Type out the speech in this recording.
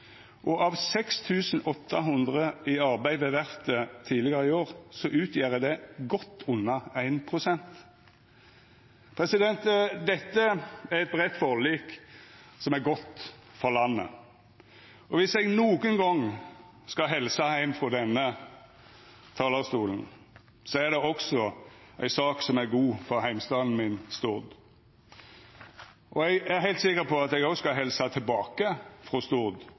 og av 6 800 i arbeid ved verftet tidlegare i år utgjer det godt under 1 pst. Dette er eit breitt forlik som er godt for landet. Om eg nokon gong skal helsa heim frå denne talarstolen, er det også ei sak som er god for heimstaden min Stord. Eg er heilt sikker på at eg òg skal helsa tilbake frå Stord